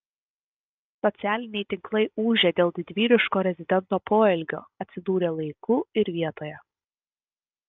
socialiniai tinklai ūžia dėl didvyriško rezidento poelgio atsidūrė laiku ir vietoje